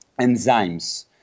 enzymes